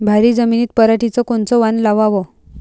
भारी जमिनीत पराटीचं कोनचं वान लावाव?